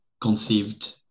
conceived